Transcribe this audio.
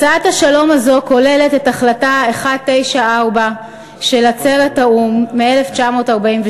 הצעת השלום הזאת כוללת את החלטה 194 של עצרת האו"ם מ-1948.